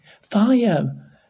Fire